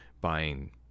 buying